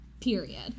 period